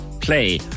Play